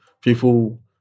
People